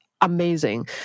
amazing